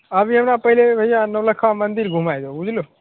अभी हमरा पहिले भैया नौलखा मन्दिर घुमाय दहो बुझलहुँ